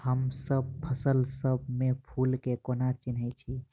हमसब फसल सब मे फूल केँ कोना चिन्है छी?